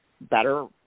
better